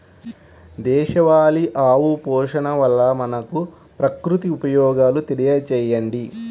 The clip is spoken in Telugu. దేశవాళీ ఆవు పోషణ వల్ల మనకు, ప్రకృతికి ఉపయోగాలు తెలియచేయండి?